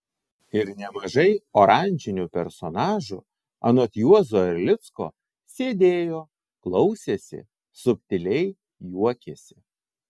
ir nemažai oranžinių personažų anot juozo erlicko sėdėjo klausėsi subtiliai juokėsi